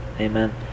Amen